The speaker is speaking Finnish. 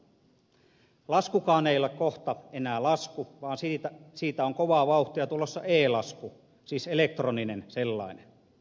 laskukaan ei ole kohta enää lasku vaan siitä on kovaa vauhtia tulossa e lasku siis elektroninen sellainen